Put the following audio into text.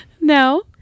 No